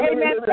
Amen